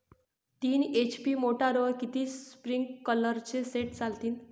तीन एच.पी मोटरवर किती स्प्रिंकलरचे सेट चालतीन?